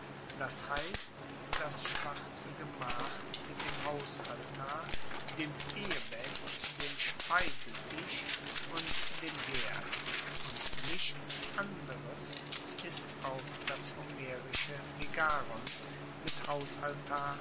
das heisst das schwarze gemach mit dem hausaltar dem ehebett dem speisetisch und dem herd und nichts anderes ist auch das homerische megaron mit hausaltar